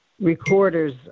recorders